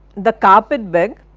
the carpet-beg,